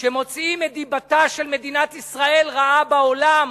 שמוציאים את דיבתה של מדינת ישראל רעה בעולם,